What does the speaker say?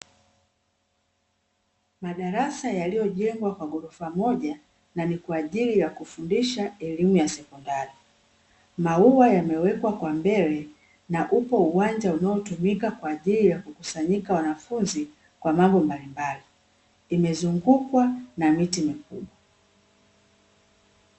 Madarasa yaliyojengwa kwa ghorofa moja na ni kwa ajili ya kufundisha elimu ya sekondari. Maua yamewekwa kwa mbele na upo uwanja unaotumika kwa ajili ya kukusanyika wanafunzi, kwa mambo mbalimbali. Imezungukwa na miti mikubwa.